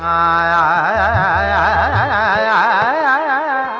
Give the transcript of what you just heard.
a i